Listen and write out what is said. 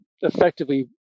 effectively